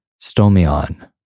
stomion